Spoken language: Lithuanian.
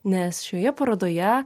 nes šioje parodoje